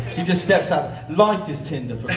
he just steps out life is tinder